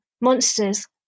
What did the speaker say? monsters